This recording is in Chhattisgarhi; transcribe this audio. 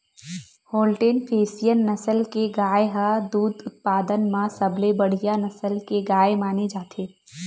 होल्टेन फेसियन नसल के गाय ह दूद उत्पादन म सबले बड़िहा नसल के गाय माने जाथे